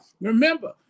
Remember